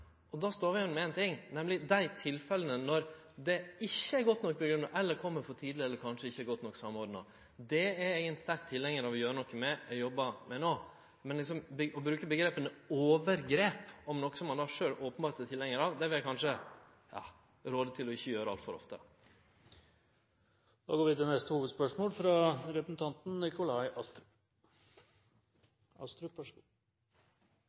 og då står vi igjen med éin ting, nemleg dei tilfella der det ikkje er godt nok grunngjeve, eller det kjem for tidleg eller kanskje ikkje er godt nok samordna. Det er eg ein sterk tilhengar av å gjere noko med og jobbe med no, men å bruke omgrepet «overgrep» om noko som ein sjølv openbert er tilhengar av, vil eg rå til ikkje å gjere altfor ofte. Vi går til neste